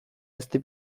ezti